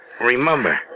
remember